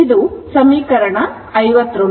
ಇದು ಸಮೀಕರಣ 59